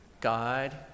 God